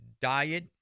diet